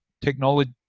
technology